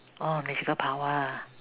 oh magical power ah